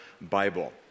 Bible